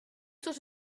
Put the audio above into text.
sort